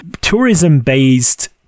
tourism-based